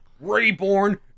Reborn